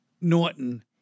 Norton